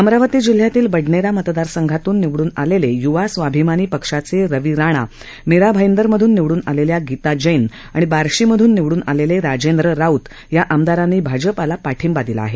अमरावती जिल्ह्यातील बडनेरा मतदारसंघातून निवडून आलेले य्वा स्वाभिमानी पक्षाचे रवी राणा मीरा भाईदर मधून निवडुन आलेल्या गीता जैन आणि बार्शीमधून निवडुन आलेले राजेंद्र राऊत या आमदारांनी भाजपाला पाठिंबा दिला आहे